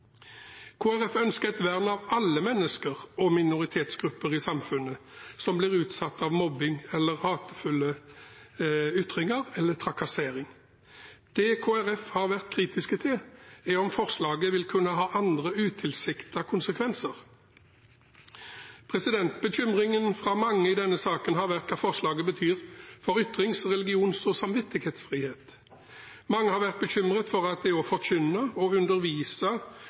ønsker et vern av alle mennesker og minoritetsgrupper i samfunnet som blir utsatt for mobbing, hatefulle ytringer eller trakassering. Det Kristelig Folkeparti har vært kritisk til, er om forslaget vil kunne ha andre utilsikta konsekvenser. Bekymringen fra mange i denne saken har vært hva forslaget betyr for ytrings-, religions- og samvittighetsfrihet. Mange har vært bekymret for at det å forkynne og undervise